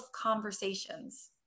conversations